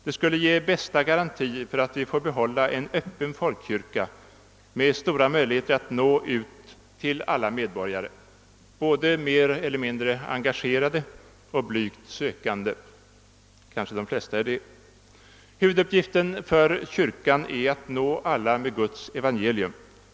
Det skulle ge bästa garanti för att vi får behålla en öppen folkkyrka med samma möjligheter att nå ut till alla medborgare, både mer eller mindre engagerade och blygt sökande — kanske de flesta tillhör den senare gruppen. Huvuduppgiften för kyrkan är att nå alla med Guds evangelium.